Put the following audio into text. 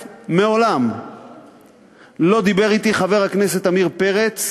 מעולם לא דיבר אתי חבר הכנסת עמיר פרץ,